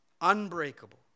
unbreakable